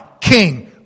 King